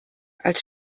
als